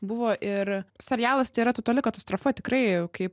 buvo ir serialas tai yra totali katastrofa tikrai kai